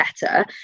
better